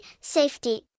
safety